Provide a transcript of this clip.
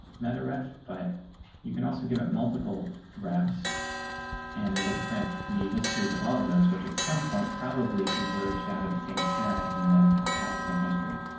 meta ref, but you can also give it multiple graphs and it'll print the histories of all of those which, at some point, probably converged down to the same parent and then have the same history.